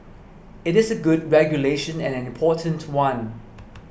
it is a good regulation and an important one